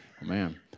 man